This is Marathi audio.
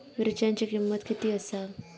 मिरच्यांची किंमत किती आसा?